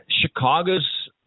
Chicago's